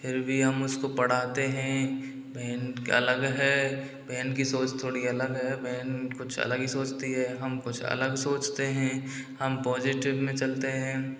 फिर भी हम उसको पढ़ाते हैं बहन अलग है बहन की सोच थोड़ी अलग है बहन कुछ अलग ही सोचती है हम कुछ अलग सोचते हैं हम पॉजिटिव में चलते हैं